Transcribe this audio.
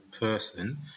person